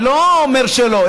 אני לא אומר שלא,